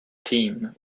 team